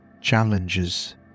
challenges